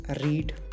read